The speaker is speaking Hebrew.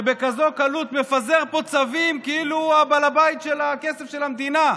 שבכזאת קלות מפזר פה צווים כאילו הוא בעל הבית של הכסף של המדינה,